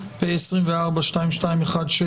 פ/2217/24,